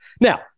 Now